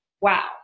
wow